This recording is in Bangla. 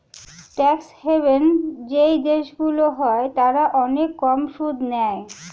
ট্যাক্স হেভেন যেই দেশগুলো হয় তারা অনেক কম সুদ নেয়